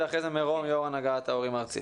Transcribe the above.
אחרי זה מירום, יושב-ראש הנהגת ההורים הארצית.